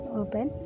open